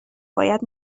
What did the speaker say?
باید